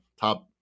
top